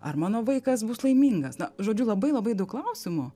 ar mano vaikas bus laimingas na žodžiu labai labai daug klausimų